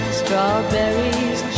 strawberries